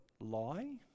lie